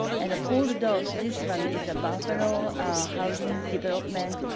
and paul rudolph, this one is a buffalo housing development.